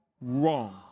wrong